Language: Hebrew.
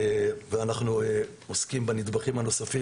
ואנחנו עוסקים בנדבכים הנוספים,